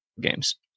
games